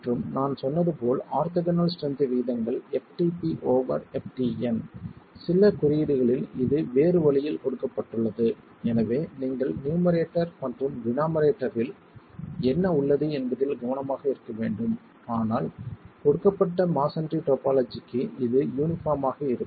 மற்றும் நான் சொன்னது போல் ஆர்த்தோகனல் ஸ்ட்ரென்த் விகிதங்கள் ftp ஓவர் ftn சில குறியீடுகளில் இது வேறு வழியில் கொடுக்கப்பட்டுள்ளது எனவே நீங்கள் நியூமரேட்டர் மற்றும் டினோமிரேட்டர்ரில் என்ன உள்ளது என்பதில் கவனமாக இருக்க வேண்டும் ஆனால் கொடுக்கப்பட்ட மஸோன்றி டோபொலஜிக்கு இது யூனிபார்ம் ஆக இருக்கும்